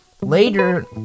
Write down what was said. later